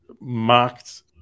marked